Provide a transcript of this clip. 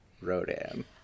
Rodan